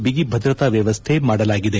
ಬಿಗಿ ಭದ್ರತಾ ವ್ಯವಸ್ಥೆ ಮಾಡಲಾಗಿದೆ